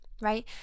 right